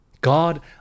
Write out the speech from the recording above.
God